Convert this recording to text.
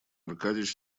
аркадьич